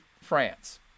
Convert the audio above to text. France